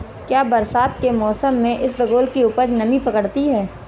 क्या बरसात के मौसम में इसबगोल की उपज नमी पकड़ती है?